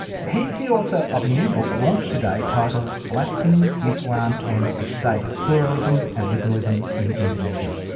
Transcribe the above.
he's the author of a new book launched today titled blasphemy, islam and the state pluralism and liberalism in indonesia.